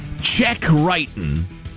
check-writing